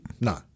No